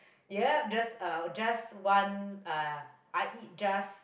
ya just uh just one uh I eat just